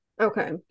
Okay